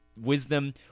wisdom